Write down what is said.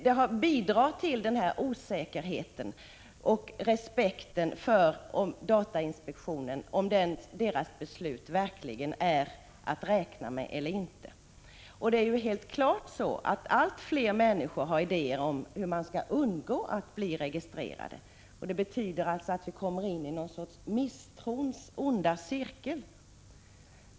Det bidrar till respekten för datainspektionen om dess beslut verkligen är att räkna med. Det är helt klart att allt fler människor har idéer om hur man skall undgå att bli registrerad. Det betyder alltså att vi kommer in i någon sorts misstrons onda cirkel.